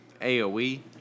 AoE